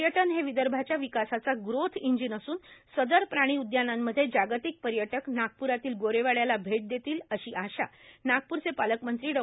पर्यटन हे विदर्भाच्या विकासाचा ग्रोथ इंजिन असून सदर प्राणी उदयानांमध्ये जागतिक पर्यटक नागप्रातील गोरेवाड्याला भेट देतील अशी आशा नागप्रचे पालकमंत्री डॉ